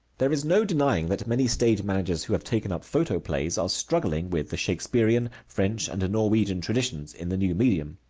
there is no denying that many stage managers who have taken up photoplays are struggling with the shakespearian french and norwegian traditions in the new medium.